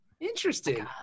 Interesting